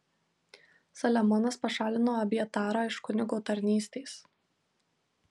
saliamonas pašalino abjatarą iš kunigo tarnystės